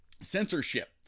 censorship